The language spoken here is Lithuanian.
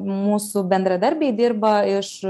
mūsų bendradarbiai dirba iš